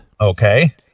Okay